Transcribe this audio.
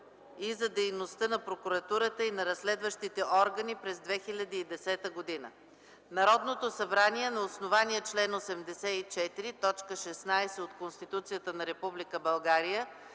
и за дейността на прокуратурата и на разследващите органи през 2010 г. Народното събрание на основание чл. 84, т. 16 от Конституцията на